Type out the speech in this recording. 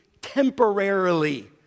temporarily